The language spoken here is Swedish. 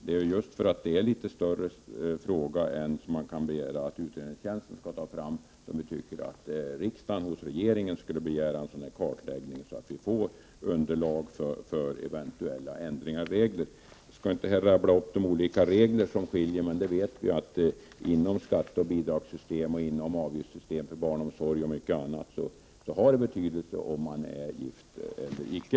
Det är just därför att det är en litet större fråga än man kan begära att utredningstjänsten skall klara ut som vi tycker att riksdagen hos regeringen skall begära en kartläggning så att vi får underlag för eventuella ändringar av regler. Jag skall inte rabbla upp de regler som skiljer, men vi vet att inom skatteoch bidragssystemet, avgiftssystemet för barnomsorg och mycket annat har det betydelse om man är gift eller icke.